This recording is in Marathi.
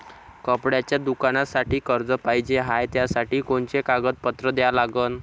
कपड्याच्या दुकानासाठी कर्ज पाहिजे हाय, त्यासाठी कोनचे कागदपत्र द्या लागन?